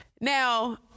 Now